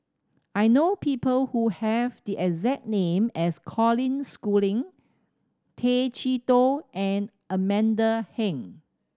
I know people who have the exact name as Colin Schooling Tay Chee Toh and Amanda Heng